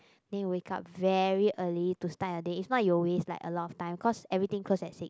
then you wake up very early to start your day if not you will waste like a lot of time cause everything close at six